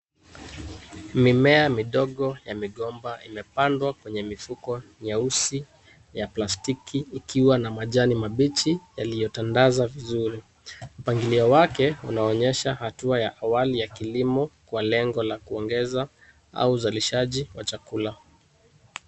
Mimea midogo ya migomba imepandwa kwenye mifuko nyeusi ya plastiki ikiwa na majani mabichi yaliyotandazwa vizuri. Mpangilio wake unaonyesha hatua ya awali ya kilimo kwa lengo la kuongeza au uzalishaji wa chakula.